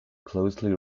closely